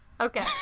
okay